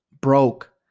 broke